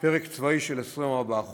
פרק צבאי של 24 חודש,